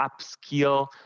upskill